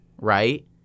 right